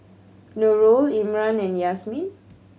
Nurul Imran and Yasmin